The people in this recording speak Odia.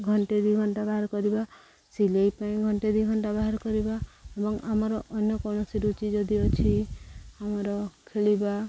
ଘଣ୍ଟେ ଦୁଇ ଘଣ୍ଟା ବାହାର କରିବା ସିଲେଇ ପାଇଁ ଘଣ୍ଟେ ଦୁଇ ଘଣ୍ଟା ବାହାର କରିବା ଏବଂ ଆମର ଅନ୍ୟ କୌଣସି ରୁଚି ଯଦି ଅଛି ଆମର ଖେଳିବା